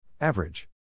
Average